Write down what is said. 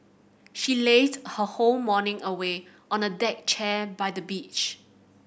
she lazed her whole morning away on a deck chair by the beach